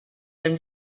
than